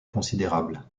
considérable